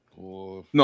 No